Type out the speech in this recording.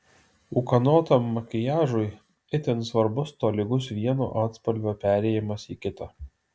ūkanotam makiažui itin svarbus tolygus vieno atspalvio perėjimas į kitą